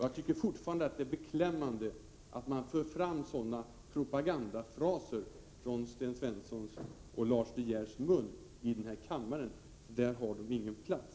Jag tycker fortfarande att det är beklämmande att man för fram sådana propagandafraser från Sten Svenssons och Lars De Geers sida i den här kammaren — här har de ingen plats.